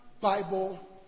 Bible